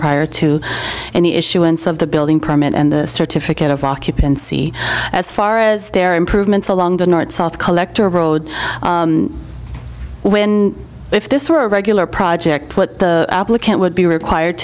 prior to the issuance of the building permit and the certificate of occupancy as far as their improvements along the north south collector road when if this were a regular project what the applicant would be required